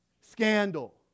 Scandal